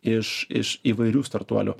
iš iš įvairių startuolių